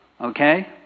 Okay